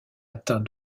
atteint